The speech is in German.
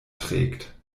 trägt